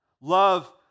Love